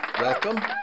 Welcome